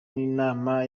n’inama